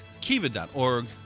Kiva.org